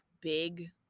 big